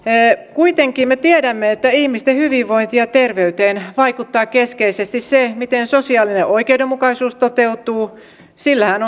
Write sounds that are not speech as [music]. kuitenkin me tiedämme että ihmisten hyvinvointiin ja terveyteen vaikuttaa keskeisesti se miten sosiaalinen oikeudenmukaisuus toteutuu sillähän [unintelligible]